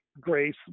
grace